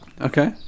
okay